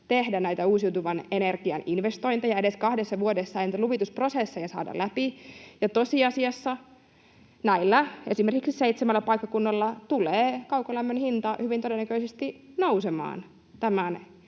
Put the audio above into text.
tehdä näitä uusiutuvan energian investointeja. Edes niitä luvitusprosesseja ei kahdessa vuodessa saada läpi. Ja tosiasiassa esimerkiksi näillä seitsemällä paikkakunnalla tulee kaukolämmön hinta hyvin todennäköisesti nousemaan tämän